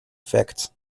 facts